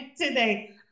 today